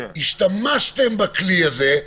השתמשתם בכלי הזה.